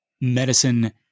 medicine